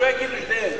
שלא יגידו שזה הם.